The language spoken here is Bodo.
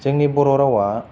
जोंनि बर' रावा